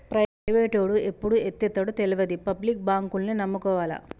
ప్రైవేటోడు ఎప్పుడు ఎత్తేత్తడో తెల్వది, పబ్లిక్ బాంకుల్నే నమ్ముకోవాల